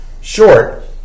short